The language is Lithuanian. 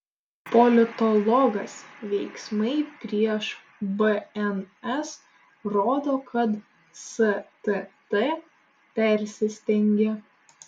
politologas veiksmai prieš bns rodo kad stt persistengė